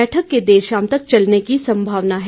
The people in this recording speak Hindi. बैठक के देर शाम तक चलने की संभावना है